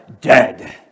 dead